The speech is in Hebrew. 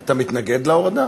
אתה מתנגד להורדה?